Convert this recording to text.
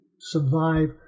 survive